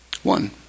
One